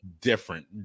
different